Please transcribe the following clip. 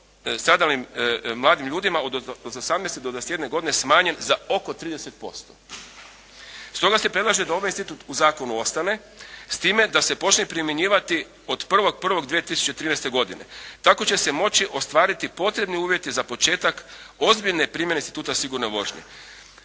stradalim mladim ljudima od 18. do 21. godine smanjen za oko 30%. Stoga se predlaže da ovaj institut u zakonu ostane s time da se počne primjenjivati od 1.1.2013. godine. Tako će se moći ostvariti potrebni uvjeti za početak ozbiljne primjene instituta sigurne vožnje.